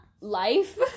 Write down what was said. life